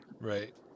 Right